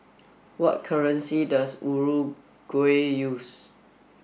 what currency does Uruguay use